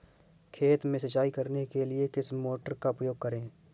खेत में सिंचाई करने के लिए किस मोटर का उपयोग करें?